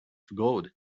gold